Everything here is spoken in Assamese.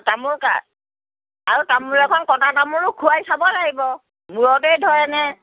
তামোল আৰু তামোল এখন কটা তামোলো খোৱাই চাব লাগিব মূৰতেই ধৰে নে